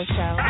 Show